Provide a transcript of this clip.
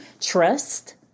trust